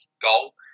goal